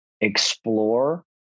explore